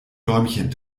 däumchen